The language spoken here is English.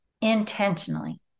intentionally